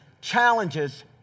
challenges